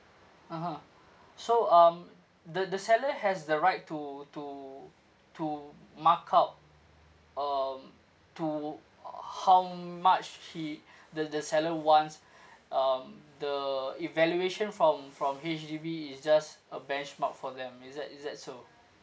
ah ha so um the the seller has the right to to to mark out um to how much he the the seller wants um the evaluation from from H_D_B is just a benchmark for them is that is that so